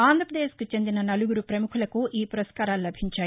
ఆంధ్రాపదేశ్కు చెందిన నలుగురు ప్రముఖులకు ఈ పురస్కారాలు లభించాయి